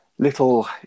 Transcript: little